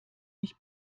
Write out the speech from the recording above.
mich